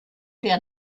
der